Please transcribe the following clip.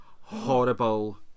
horrible